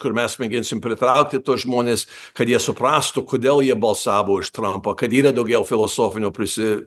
kur mes mėginsim pritraukti tuos žmones kad jie suprastų kodėl jie balsavo už trampą kad yra daugiau filosofinio prisi